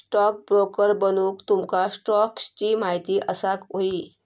stockbroker बनूक तुमका स्टॉक्सची महिती असाक व्हयी